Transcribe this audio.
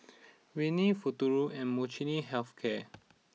Rene Futuro and Molnylcke Health Care